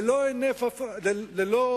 ללא